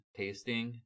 tasting